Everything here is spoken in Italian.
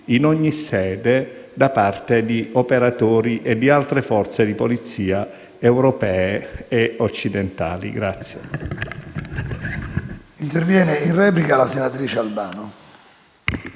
in ogni sede da parte di operatori e di altre forze di polizia europee e occidentali.